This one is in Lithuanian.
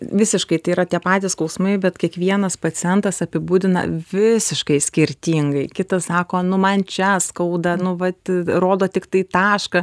visiškai tai yra tie patys skausmai bet kiekvienas pacientas apibūdina visiškai skirtingai kitas sako nu man čia skauda nu vat rodo tiktai tašką